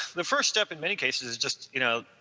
the first step in many cases is just, you know